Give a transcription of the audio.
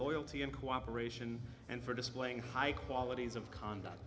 loyalty and cooperation and for displaying high qualities of conduct